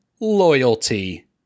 loyalty